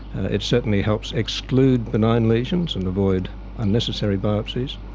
it certainly helps exclude benign lesions and avoid unnecessary biopsies,